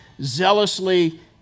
zealously